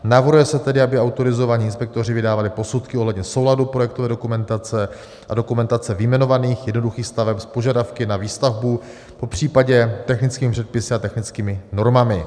Navrhuje se tedy, aby autorizovaní inspektoři vydávali posudky ohledně souladu projektové dokumentace a dokumentace vyjmenovaných jednoduchých staveb s požadavky na výstavbu, popřípadě technickými předpisy a technickými normami.